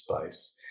space